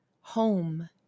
Home